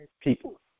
people